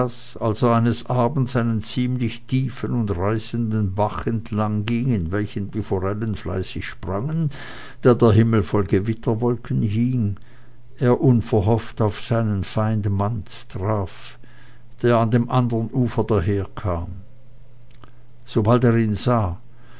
er eines abends einen ziemlich tiefen und reißenden bach entlangging in welchem die forellen fleißig sprangen da der himmel voll gewitterwolken hing er unverhofft auf seinen feind manz traf der an dem andern ufer daherkam sobald er ihn sah